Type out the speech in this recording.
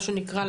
מה שנקרא,